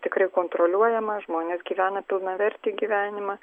tikrai kontroliuojama žmonės gyvena pilnavertį gyvenimą